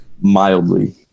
mildly